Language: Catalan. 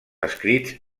escrits